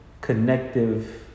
connective